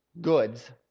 goods